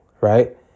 right